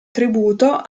tributo